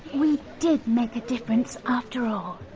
we did make a difference after all!